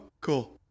Cool